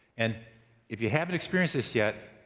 and if you haven't experienced this yet,